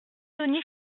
donnée